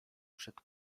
przed